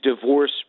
divorce